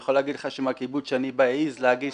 אני יכול להגיד לך שמהקיבוץ שאני מעז להגיש